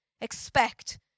expect